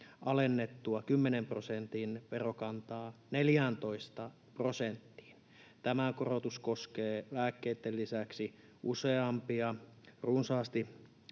alennettua 10 prosentin verokantaa 14 prosenttiin. Tämä korotus koskee lääkkeitten lisäksi useampia runsaasti